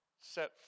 set